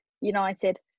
United